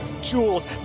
Jewels